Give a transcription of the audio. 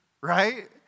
right